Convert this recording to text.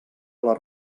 les